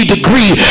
degree